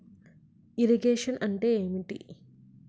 Irrigation అంటే ఏంటీ?